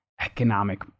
economic